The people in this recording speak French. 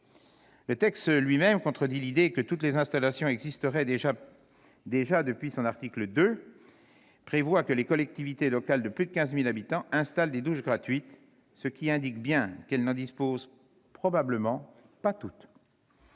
Le texte lui-même contredit l'idée que toutes les installations existeraient déjà, puisque son article 2 prévoit que les collectivités de plus de 15 000 habitants « installent » des douches gratuites, ce qui indique bien qu'elles n'en disposent probablement pas toutes.